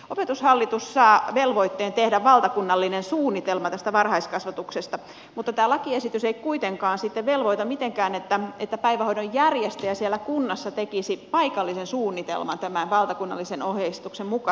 opetushallitus saa velvoitteen tehdä valtakunnallisen suunnitelman tästä varhaiskasvatuksesta mutta tämä lakiesitys ei kuitenkaan sitten velvoita mitenkään että päivähoidon järjestäjä siellä kunnassa tekisi paikallisen suunnitelman tämän valtakunnallisen ohjeistuksen mukaan